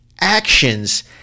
actions